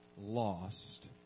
lost